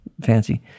fancy